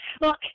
Look